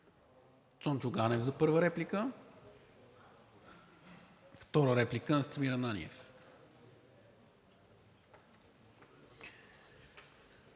Цончо Ганев за първа реплика. Втора реплика – Настимир Ананиев.